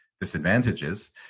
disadvantages